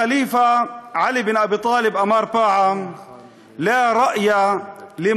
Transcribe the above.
הח'ליפה עלי בן אבו טאלב אמר פעם (אומר בערבית: "אין פועלים לפי